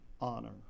honor